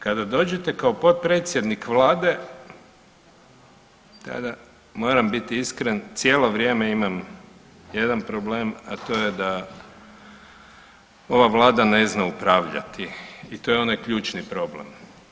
Kada dođete kao potpredsjednik Vlade, tada moram biti iskren cijelo vrijeme imam jedan problem, a to je da ova Vlada ne zna upravljati i to je onaj ključni problem.